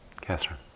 Catherine